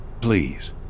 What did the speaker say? Please